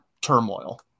turmoil